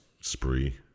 spree